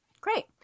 Great